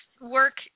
work